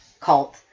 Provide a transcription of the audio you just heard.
Cult